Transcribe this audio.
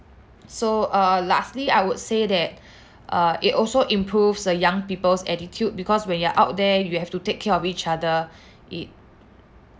so err lastly I would say that uh it also improves the young people's attitude because when you're out there you have to take care of each other it